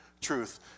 truth